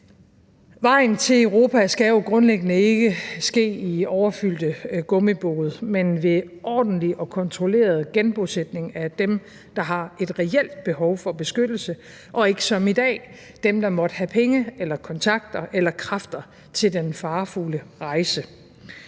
Vejen til Europa skal jo grundlæggende ikke ske i overfyldte gummibåde, men ved ordentlig og kontrolleret genbosætning af dem, der har et reelt behov for beskyttelse, og ikke som i dag: af dem, der måtte have penge eller kontakter eller kræfter til den farefulde rejse.